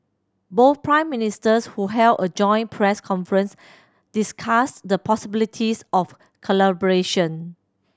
both Prime Ministers who held a joint press conference discussed the possibilities of collaboration